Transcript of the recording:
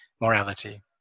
morality